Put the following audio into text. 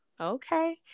okay